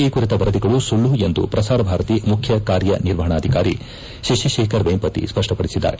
ಈ ಕುರಿತ ವರದಿಗಳು ಸುಳ್ಳು ಎಂದು ಪ್ರಸಾರ ಭಾರತಿ ಮುಖ್ಯ ಕಾರ್ಯನಿರ್ವಹಣಾಧಿಕಾರಿ ಶಶಿಶೇಖರ್ ವೇಂಪತಿ ಸ್ಪಷ್ಟಪಡಿಸಿದ್ದಾರೆ